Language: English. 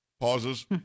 Pauses